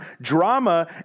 drama